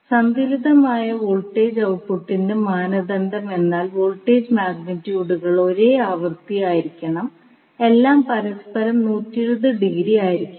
സമതുലിതമായ വോൾട്ടേജ് ഔട്ട്പുട്ടിന്റെ മാനദണ്ഡം എന്നാൽ വോൾട്ടേജ് മാഗ്നിറ്റ്യൂഡുകൾ ഒരേ ആവൃത്തി ആയിരിക്കണം എല്ലാം പരസ്പരം 120 ഡിഗ്രി ആയിരിക്കണം